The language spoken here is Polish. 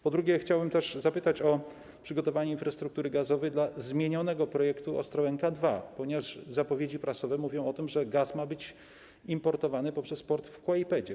Po drugie, chciałbym też zapytać o przygotowanie infrastruktury gazowej dla zmienionego projektu Ostrołęka 2, ponieważ zapowiedzi prasowe mówią o tym, że gaz ma być importowany poprzez port w Kłajpedzie.